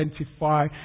identify